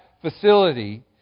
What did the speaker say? facility